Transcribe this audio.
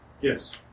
yes